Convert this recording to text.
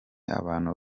abantu